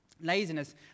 Laziness